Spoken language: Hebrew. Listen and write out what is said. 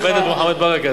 אני מכבד את מוחמד ברכה,